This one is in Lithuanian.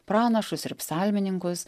pranašus ir psalmininkus